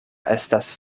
estas